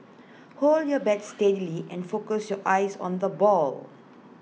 hold your bat steadily and focus your eyes on the ball